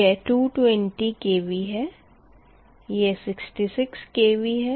यह 220 kV है यह 66 kV है